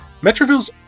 Metroville's